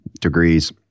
degrees